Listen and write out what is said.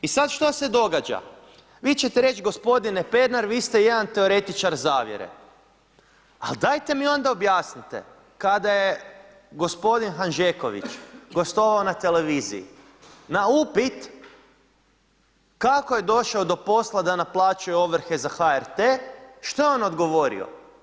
I sad što se događa, vi ćete reći gospodine Pernar vi ste jedan teoretičar zavjere, ali dajte mi onda objasnite kada je g. Hanžeković gostovao na televiziji, na upit kako je došao do posla da naplaćuje ovrhe za HRT, što je on odgovorio?